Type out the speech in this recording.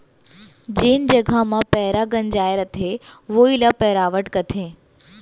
जेन जघा म पैंरा गंजाय रथे वोइ ल पैरावट कथें